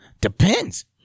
Depends